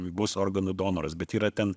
bus organų donoras bet yra ten